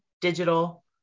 digital